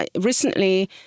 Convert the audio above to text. recently